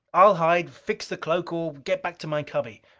i'll hide, fix the cloak, or get back to my cubby.